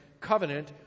covenant